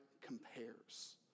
compares